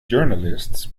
journalists